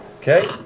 Okay